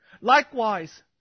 Likewise